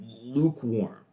lukewarm